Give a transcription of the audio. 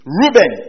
Reuben